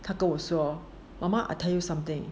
他跟我说 mama I tell you something